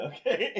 Okay